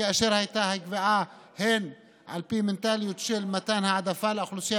כאשר הייתה קביעה הן על פי מנטליות של מתן העדפה לאוכלוסייה